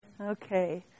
Okay